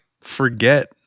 forget